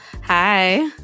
Hi